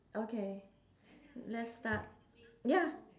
okay let's start ya